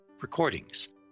recordings